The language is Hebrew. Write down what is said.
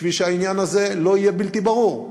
בשביל שהעניין הזה לא יהיה בלתי ברור.